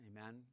Amen